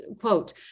quote